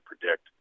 predict